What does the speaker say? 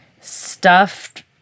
stuffed